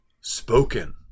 spoken